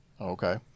Okay